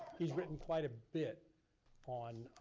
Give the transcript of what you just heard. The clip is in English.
he's written quite a bit on